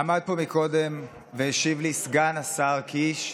עמד פה קודם והשיב לי סגן השר קיש,